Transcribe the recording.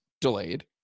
delayed